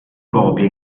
copie